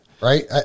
Right